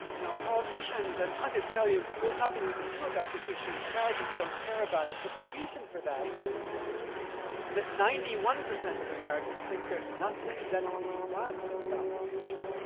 now politicians and pundits tell you, there's nothing we can do about this issue, americans don't care about it, but the reason for that is that ninety one percent of americans think there's nothing that can be done about this issue.